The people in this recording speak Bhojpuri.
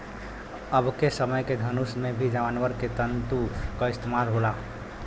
अबके समय के धनुष में भी जानवर के तंतु क इस्तेमाल होला